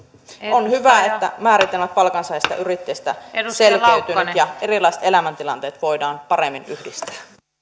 on hyvä että määritelmä palkansaajista ja yrittäjistä selkeytyy nyt ja erilaiset elämäntilanteet voidaan paremmin yhdistää